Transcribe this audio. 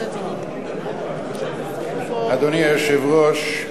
אדוני היושב-ראש,